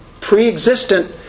Pre-existent